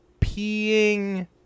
peeing